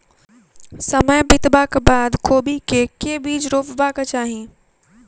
समय बितबाक बाद कोबी केँ के बीज रोपबाक चाहि?